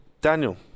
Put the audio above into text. Daniel